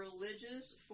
religious